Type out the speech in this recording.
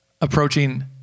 approaching